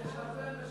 אנשים